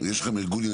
שאני איפגש